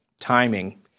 timing